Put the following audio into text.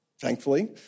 thankfully